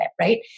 right